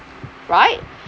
right